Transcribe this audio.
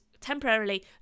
temporarily